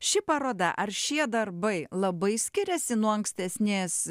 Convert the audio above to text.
ši paroda ar šie darbai labai skiriasi nuo ankstesnės